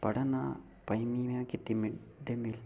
पढ़ा ना पढ़ने में कीती